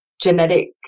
genetic